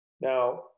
Now